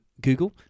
Google